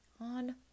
on